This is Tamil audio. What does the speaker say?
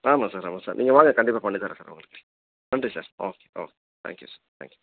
ஆமாம் சார் ஆமாம் சார் நீங்கள் வாங்க கண்டிப்பாக பண்ணித்தரேன் சார் உங்களுக்கு நன்றி sir okay okay thank you sir thank you